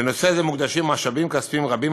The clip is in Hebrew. לנושא זה מוקדשים משאבים כספיים רבים,